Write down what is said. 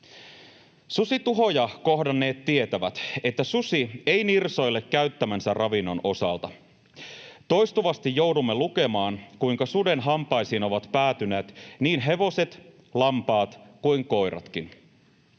Susituhoja kohdanneet tietävät, että susi ei nirsoile käyttämänsä ravinnon osalta. Toistuvasti joudumme lukemaan, kuinka suden hampaisiin ovat päätyneet niin hevoset, lampaat kuin koiratkin.